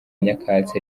nyakatsi